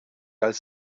als